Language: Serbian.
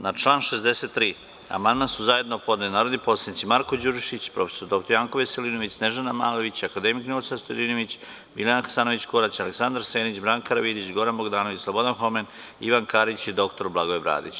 Na član 63. amandman su zajedno podneli narodni poslanici Marko Đurišić, prof. dr Janko Veselinović, Snežana Malović, akademik Ninoslav Stojadinović, Biljana Hasanović Korać, Aleksandar Senić, Branka Karavidić, Goran Bogdanović, Slobodan Homen, Ivan Karić i dr Blagoje Bradić.